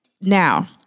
Now